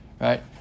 right